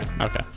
Okay